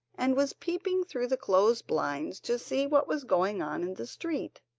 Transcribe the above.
and was peeping through the closed blinds to see what was going on in the street,